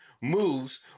moves